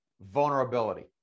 vulnerability